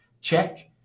Check